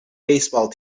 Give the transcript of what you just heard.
baseball